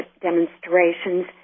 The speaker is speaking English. demonstrations